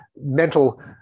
mental